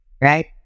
right